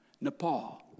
Nepal